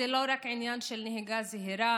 זה לא רק עניין של נהיגה זהירה,